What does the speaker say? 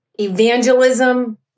evangelism